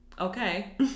Okay